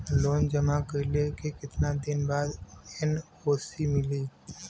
Loan जमा कइले के कितना दिन बाद एन.ओ.सी मिली?